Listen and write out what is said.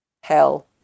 hell